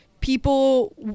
people